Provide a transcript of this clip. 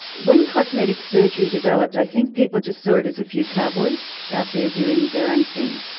when cosmetic surgery developed, i think people just saw it as a few cowboys out there doing their own thing.